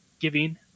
Giving